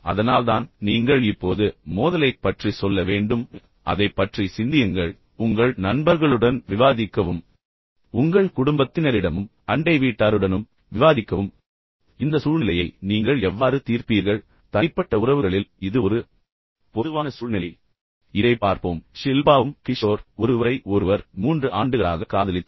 அதனால்தான் நீங்கள் இப்போது மோதலைக் பற்றி சொல்ல வேண்டும் என்று நான் விரும்புகிறேன் அதைப் பற்றி சிந்தியுங்கள் உங்கள் நண்பர்களுடன் விவாதிக்கவும் பின்னர் உங்கள் குடும்பத்தினரிடமும் உங்கள் அண்டை வீட்டாருடனும் நண்பர்களுடனும் சக ஊழியர்களுடனும் விவாதிக்கவும் பின்னர் பார்க்கவும் இந்த சூழ்நிலையை நீங்கள் எவ்வாறு தீர்ப்பீர்கள் தனிப்பட்ட உறவுகளில் இது இப்போது ஒரு பொதுவான சூழ்நிலை இதைப் பார்ப்போம் ஷில்பாவும் கிஷோர் ஒருவரை ஒருவர் மூன்று ஆண்டுகளாக காதலித்தனர்